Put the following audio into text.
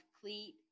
CLEAT